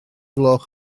gloch